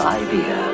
idea